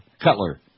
Cutler